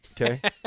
okay